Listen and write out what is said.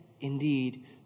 indeed